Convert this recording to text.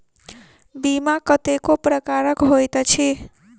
बीमा कतेको प्रकारक होइत अछि